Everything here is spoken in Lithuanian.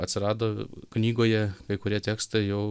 atsirado knygoje kai kurie tekstai jau